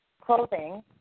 clothing